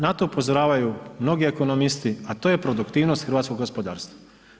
Na to upozoravaju mnogi ekonomisti a to je produktivnog hrvatskog gospodarstva.